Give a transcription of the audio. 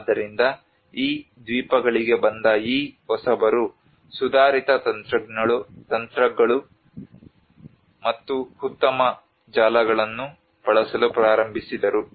ಆದ್ದರಿಂದ ಈ ದ್ವೀಪಗಳಿಗೆ ಬಂದ ಈ ಹೊಸಬರು ಸುಧಾರಿತ ತಂತ್ರಗಳು ಮತ್ತು ಉತ್ತಮ ಜಾಲಗಳನ್ನು ಬಳಸಲು ಪ್ರಾರಂಭಿಸಿದರು